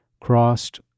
crossed